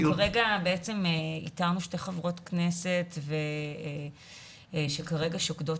כרגע איתרנו שתי חברות כנסת שכרגע שוקדות